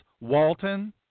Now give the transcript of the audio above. Walton